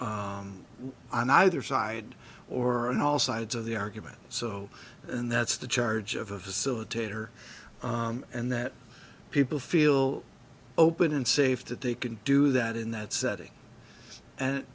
heard on either side or on all sides of the argument so and that's the charge of a facilitator and that people feel open and safe that they can do that in that setting and